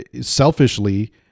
selfishly